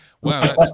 Wow